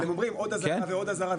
אבל הם אומרים עוד אזהרה ועוד אזהרה,